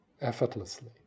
Effortlessly